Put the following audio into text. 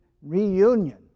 reunion